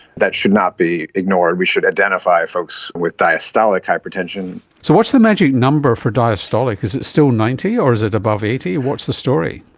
that should not be ignored, we should identify folks with diastolic hypertension. so what's the magic number for diastolic, is it still ninety, or is it above eighty? what's the story?